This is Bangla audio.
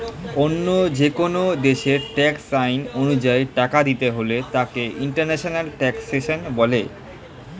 অন্য যেকোন দেশের ট্যাক্স আইন অনুযায়ী টাকা দিতে হলে তাকে ইন্টারন্যাশনাল ট্যাক্সেশন বলে